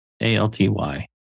A-L-T-Y